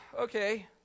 okay